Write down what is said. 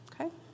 Okay